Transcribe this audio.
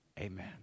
Amen